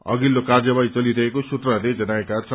अधिल्लो कार्यवाही चलिरहेको सूत्रहरूले जनाएका छन्